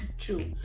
True